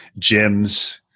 gyms